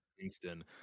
Kingston